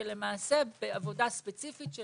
שלמעשה בעבודה ספציפית של